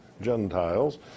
Gentiles